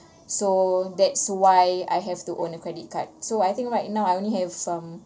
so that's why I have to own a credit card so I think right now I only have some